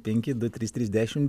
penki du trys trys dešim